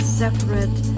separate